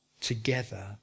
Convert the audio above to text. together